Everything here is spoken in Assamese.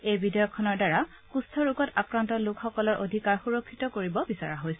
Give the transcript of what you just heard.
এই বিধেয়কখনৰ দ্বাৰা কুষ্ঠ ৰোগত আক্ৰান্ত লোকসকলৰ অধিকাৰ সুৰক্ষিত কৰিব বিচৰা হৈছে